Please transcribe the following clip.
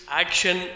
action